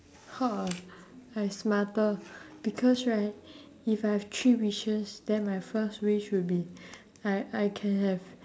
ha I smarter because right if I've three wishes then my first wish will be I I can have